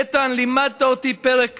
איתן, לימדת אותי פרק